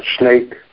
snake